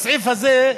בסעיף הזה,